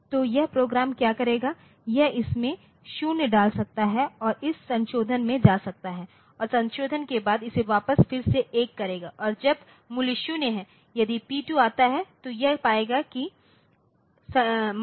तो यह प्रोग्राम क्या करेगा यह इसेमें 0 डाल सकता है और इस संशोधन में जा सकता है और संशोधन के बाद इसे वापस फिर से 1 करेगा और जब मूल्य 0 है यदि P2आता है तो यह पाएंगे कि मान 0है